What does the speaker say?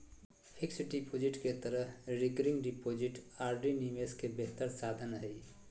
fixed deposit के तरह recurring deposit RD निवेश के बेहतर साधन हइ